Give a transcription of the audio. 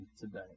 today